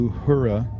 Uhura